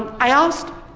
i asked,